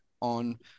on